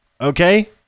Okay